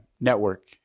network